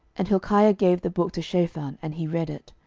and hilkiah gave the book to shaphan, and he read it.